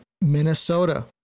Minnesota